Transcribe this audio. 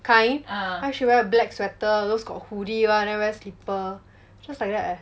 kind then she wear a black sweater those got hoodie [one] then wear slipper just like that eh